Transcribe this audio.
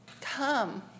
Come